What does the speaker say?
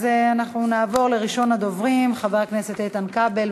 נעבור לראשון הדוברים, חבר הכנסת איתן כבל.